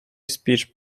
speech